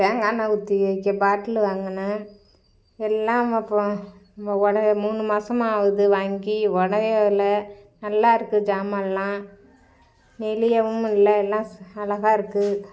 தேங்காய் எண்ணய் ஊற்றி வைக்க பாட்டில் வாங்கினேன் எல்லாம் அப்போ உடைய மூணு மாசமாக ஆகுது வாங்கி உடையலை நல்லா இருக்குது சாமால்லாம் நெளியவும் இல்லை எல்லாம் அழகாக இருக்குது